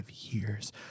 years